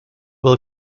will